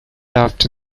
after